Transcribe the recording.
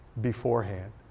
beforehand